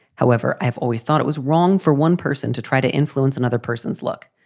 however, i have always thought it was wrong for one person to try to influence another person's look.